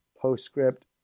postscript